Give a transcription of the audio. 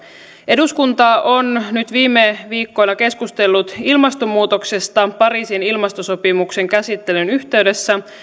eduskunta on nyt viime viikkoina keskustellut ilmastonmuutoksesta pariisin ilmastosopimuksen käsittelyn yhteydessä